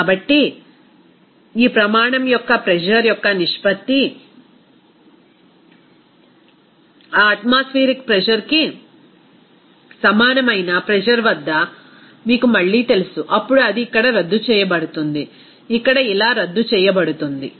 కాబట్టి ఈ ప్రమాణం యొక్క ప్రెజర్ యొక్క నిష్పత్తి ఆ అట్మాస్ఫెయరిక్ ప్రెజర్ కి సమానమైన ప్రెజర్ వద్ద మీకు మళ్లీ తెలుసు అప్పుడు అది ఇక్కడ రద్దు చేయబడుతుంది ఇక్కడ ఇలా రద్దు చేయబడుతుంది